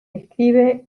escribe